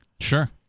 Sure